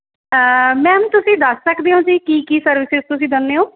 ma'am ਤੁਸੀਂ ਦੱਸ ਸਕਦੇ ਹੋ ਜੀ ਕੀ ਕੀ ਸਰਵਿਸਿਸ ਤੁਸੀਂ ਦਿੰਦੇ ਹੋ